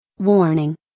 Warning